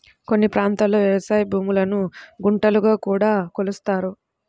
కొన్ని ప్రాంతాల్లో వ్యవసాయ భూములను గుంటలుగా కూడా కొలుస్తారు